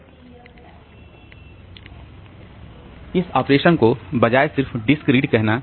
इसलिए इस ऑपरेशन को बजाय सिर्फ डिस्क रीड कहना